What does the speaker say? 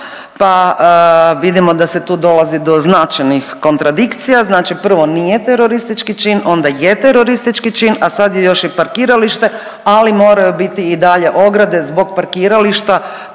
pa vidimo da se tu dolazi do značajnih kontradikcija, znači prvo nije teroristički cilj, onda je teroristički čin, a sad je još i parkiralište, ali moraju biti i dalje ograde zbog parkirališta,